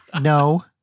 No